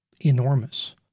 enormous